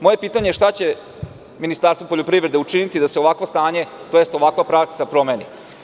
Moje pitanje je šta će Ministarstvo poljoprivrede učiniti da se ovakvo stanje, tj. ovakva praksa promeni?